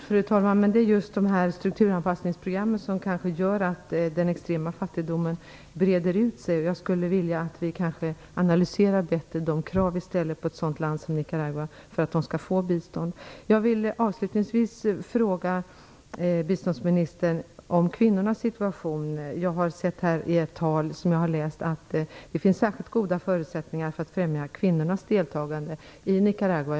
Fru talman! Det är just strukturanpassningsprogrammen som kanske gör att den extrema fattigdomen breder ut sig. Jag skulle vilja att vi kanske bättre analyserade de krav som vi ställer på ett sådant land som Nicaragua för att landet skall få bistånd. Avslutningsvis vill jag fråga biståndsministern om kvinnornas situation. Jag har läst i ett tal att det finns särskilt goda förutsättningar för att främja kvinnornas deltagande i Nicaragua.